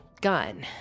gun